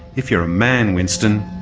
if you're a man winston,